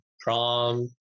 prom